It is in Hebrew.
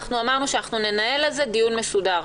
אמרנו שאנחנו ננהל על זה דיון מסודר.